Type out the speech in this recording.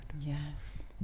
yes